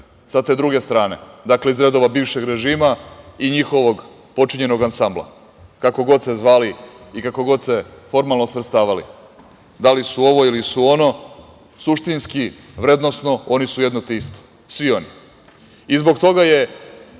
sa te druge strane, dakle iz redova bivšeg režima i njihovog potčinjenog ansambla, kako god se zvali i kako god se formalno svrstavali. Da li su ovo ili su ono, suštinski, vrednosno oni su jedno te isto, svi oni. Zbog toga je